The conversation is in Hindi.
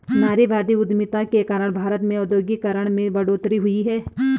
नारीवादी उधमिता के कारण भारत में औद्योगिकरण में बढ़ोतरी हुई